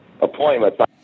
appointments